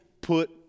put